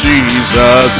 Jesus